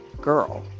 girl